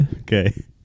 Okay